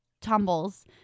tumbles